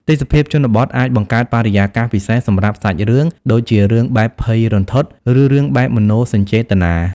ទេសភាពជនបទអាចបង្កើតបរិយាកាសពិសេសសម្រាប់សាច់រឿង ដូចជារឿងបែបភ័យរន្ធត់ ឬរឿងបែបមនោសញ្ចេតនា។